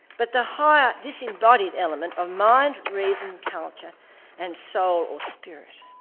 but the higher, disembodied element of mind, reason, culture and soul or spirit.